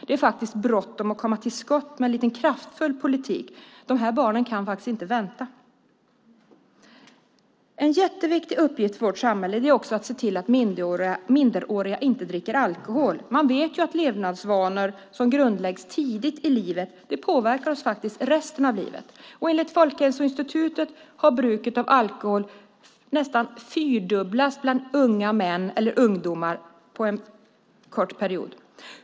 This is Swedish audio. Det är verkligen bråttom att komma till skott med lite kraftfull politik. De här barnen kan inte vänta! En jätteviktig uppgift för vårt samhälle är också att se till att minderåriga inte dricker alkohol. Det är känt att levnadsvanor som grundläggs tidigt i livet påverkar människan under resten av livet. Enligt Folkhälsoinstitutet har bruket av alkohol på kort tid nästan fyrdubblats bland ungdomar.